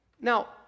Now